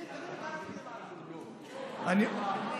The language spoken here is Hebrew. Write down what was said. אלי,